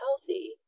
healthy